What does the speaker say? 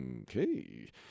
Okay